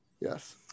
Yes